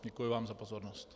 Děkuji vám za pozornost.